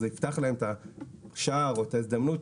זה יפתח להם את השער או את ההזדמנות.